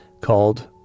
called